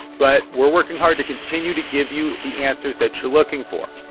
but we're working hard to continue to give you the answers that you're looking for